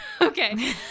Okay